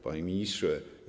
Panie Ministrze!